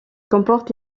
comporte